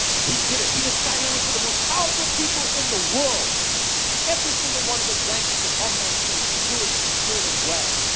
he did it, he did sign language for the most powerful people in the world every single one of them, jantjies was on that stage doing it and doing it well.